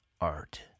art